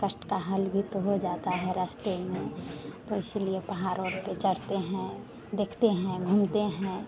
कष्ट का हल भी तो हो जाता है रस्ते में तो इसीलिए पहाड़ और पर चढ़ते हैं देखते हैं घूमते हैं